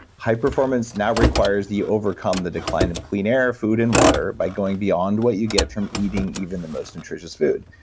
high performance now requires that you overcome the decline of clean air, food and water by going beyond what you get from eating even the most nutritious food.